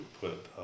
put